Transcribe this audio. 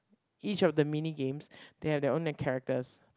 each of the mini games they have their own characters